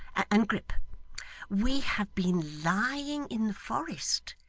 and grip we have been lying in the forest,